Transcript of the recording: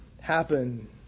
happen